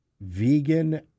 vegan